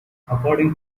according